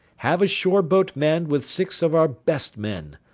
have a shore-boat manned with six of our best men.